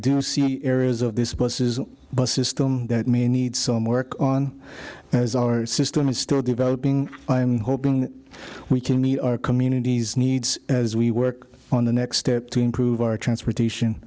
do see areas of this bus is a bus system that may need some work on as our system is still developing i am hoping we can meet our communities needs as we work on the next step to improve our transportation